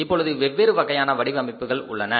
இப்பொழுது வெவ்வேறு வகையான வடிவமைப்புகள் உள்ளன